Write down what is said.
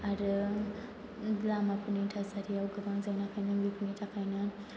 आरो लामाफोरनि थासारियाव गोबां जेंना फालांगिफोरनि थाखायनो